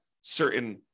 certain